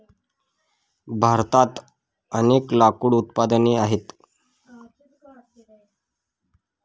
भारतात अनेक लाकूड उत्पादने आहेत